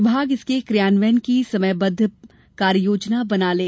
विभाग इसके क्रियान्वयन की समयबद्ध कार्ययोजना बना लें